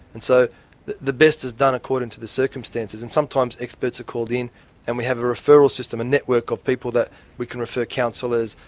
and so the best is done according to the circumstances, and sometimes experts are called in and we have a referral system, a network of people that we can refer counsellors,